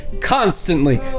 constantly